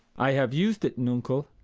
i have used it, nuncle,